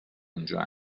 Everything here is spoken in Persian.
اونجا